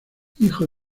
hijo